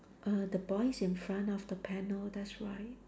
err the boy is in front of the panel that's right